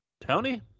Tony